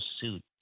suit